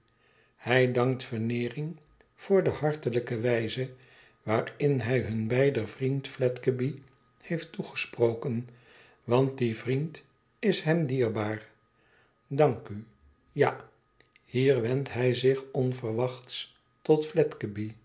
hij dankt veneering voor de hartelijke wijze waarin hij hun beider vriend fledgeby heeft toegesproken vant die vriend is hem dierbaar dank u ja hier wendt hij zich onverwachts tot